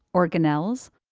organelles,